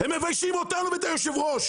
הם מביישים אותנו ואת היו"ר,